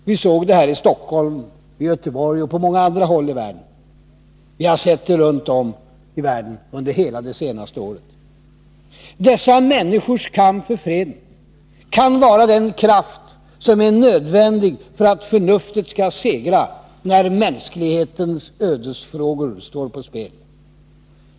Vi såg det här i Stockholm, i Göteborg och på många andra håll i landet i söndags; vi har sett det runt om i världen under det senaste året. Dessa människors kamp för freden kan vara den kraft som är nödvändig för att förnuftet skall segra, när mänsklighetens ödesfrågor står på spel.